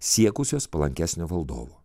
siekusios palankesnio valdovo